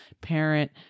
parent